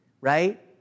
right